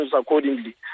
accordingly